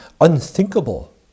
unthinkable